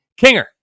Kinger